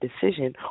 decision